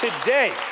Today